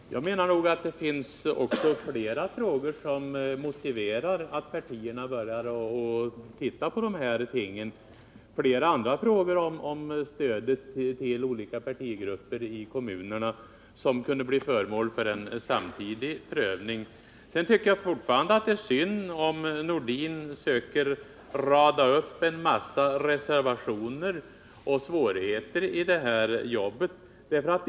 Herr talman! Jag menar att det finns flera frågor som motiverar att partierna börjar se på dessa ting. Flera frågor om stödet till olika partigrupper i kommunerna kunde bli föremål för en samtidig prövning. Sedan tycker jag fortfarande att det är synd om Sven-Erik Nordin söker rada upp en massa reservationer och svårigheter i det här jobbet.